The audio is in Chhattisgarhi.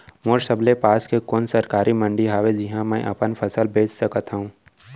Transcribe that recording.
मोर सबले पास के कोन सरकारी मंडी हावे जिहां मैं अपन फसल बेच सकथव?